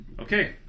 Okay